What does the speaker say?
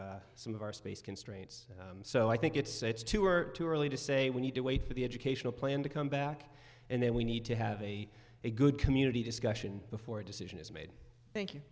some of our space constraints so i think it's too or too early to say we need to wait for the educational plan to come back and then we need to have a good community discussion before a decision is made thank you